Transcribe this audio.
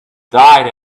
died